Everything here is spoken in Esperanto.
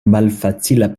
malfacila